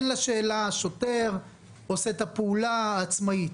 הן לשאלה, השוטר עושה את הפעולה עצמאית.